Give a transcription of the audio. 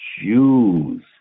Jews